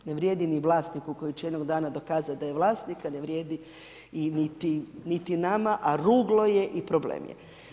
Ne vrijedi ni vlasniku, koji će jednog dana dokazati da je vlasnika, a ne vrijedi niti nama, a ruglo je i problem je.